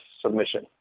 submission